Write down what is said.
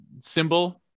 symbol